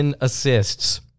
assists